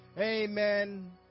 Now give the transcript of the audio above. Amen